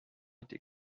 été